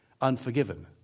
unforgiven